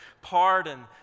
Pardon